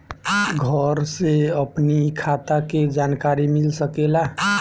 घर से अपनी खाता के जानकारी मिल सकेला?